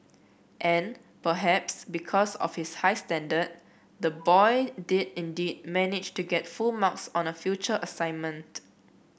and perhaps because of his high standard the boy did indeed manage to get full marks on a future assignment